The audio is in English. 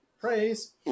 praise